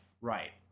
Right